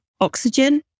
oxygen